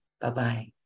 Bye-bye